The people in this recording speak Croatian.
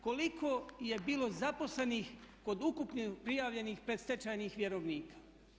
Koliko je bilo zaposlenih kod ukupno prijavljenih predstečajnih vjerovnika?